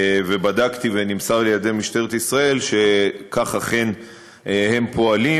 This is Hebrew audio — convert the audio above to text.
בדקתי ונמסר לי על ידי משטרת ישראל שכך אכן הם פועלים,